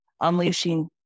unleashing